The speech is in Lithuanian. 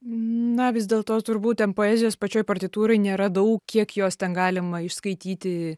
na vis dėlto turbūt ten poezijos pačioj partitūroj nėra dau kiek jos ten galima išskaityti